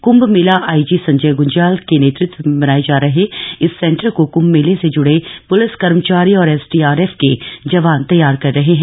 Kumbh Mela IG Sanjay Gunjyal के नेतृत्व में बनाए जा रहे इस सेंटर को कंभ मेले से ज्ड़े प्लिस कर्मचारी और एस डी आर एफ के जवान तष्ठार कर रहे हैं